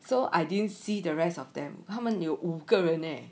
so I didn't see the rest of them 他们留五个月内